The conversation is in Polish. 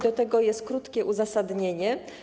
Do tego jest krótkie uzasadnienie.